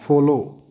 follow